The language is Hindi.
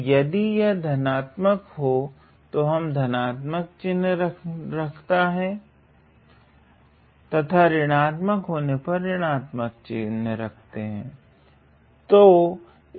तो यदि यह धनात्मक हो तो हम धनात्मक चिन्ह रखता है तथा ऋणात्मक होने पर ऋणात्मक चिन्ह रखते है